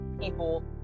people